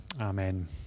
Amen